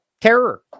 terror